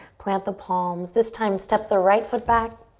plant the palms. this time step the right foot back,